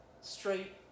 straight